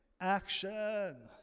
action